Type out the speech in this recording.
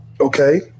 Okay